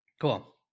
cool